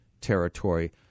territory